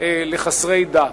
לחסרי דת.